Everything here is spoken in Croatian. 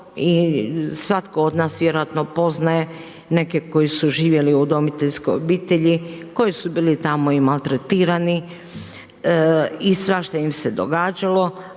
i svatko od nas vjerojatno poznaje neke koji su živjeli u udomiteljskoj obitelji, koji su bili tamo i maltretirani i svašta im se događalo,